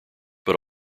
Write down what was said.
but